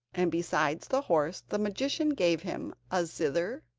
and besides the horse, the magician gave him a zither,